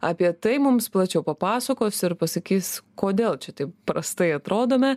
apie tai mums plačiau papasakos ir pasakys kodėl čia taip prastai atrodome